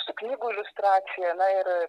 su knygų iliustracija na ir